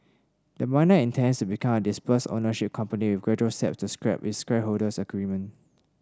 the miner intends to become a dispersed ownership company with gradual steps to scrap its shareholders agreement